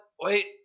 wait